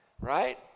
Right